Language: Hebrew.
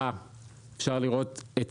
אפשר לראות את